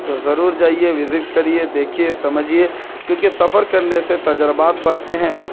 تو ضرور جائیے وزٹ کریے دیکھیے سمجھیے کیونکہ سفر کرنے سے تجربات بڑھتے ہیں